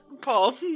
Paul